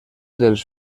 dels